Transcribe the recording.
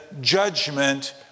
judgment